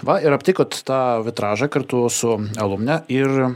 va ir aptikot tą vitražą kartu su alumne ir